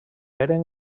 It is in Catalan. eren